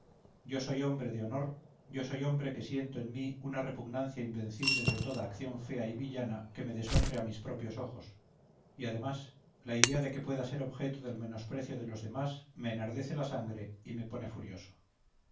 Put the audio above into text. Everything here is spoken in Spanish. yo soy hombre de honor yo soy hombre que siento en mí una repugnancia invencible de toda acción fea y villana que me deshonre a mis propios ojos y además la idea de que pueda ser objeto del menosprecio de los demás me enardece la sangre y me pone furioso